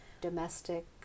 domestic